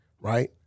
Right